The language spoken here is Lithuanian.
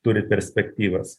turi perspektyvas